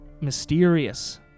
mysterious